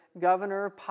governor